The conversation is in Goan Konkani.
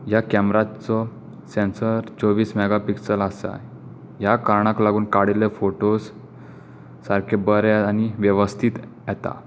ह्या कॅमराचो सेंन्सर चोवीस मॅगापिक्सल आसा ह्या कारणाक लागून काडिल्ले फोटोस सारके बरें आनी वेवस्थीत येतात